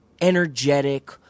energetic